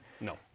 No